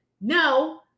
no